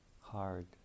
hard